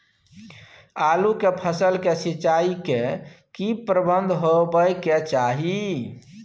आलू के फसल के सिंचाई के की प्रबंध होबय के चाही?